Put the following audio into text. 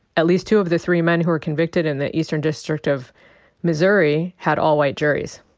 at least two of the three men who were convicted in the eastern district of missouri had all-white juries.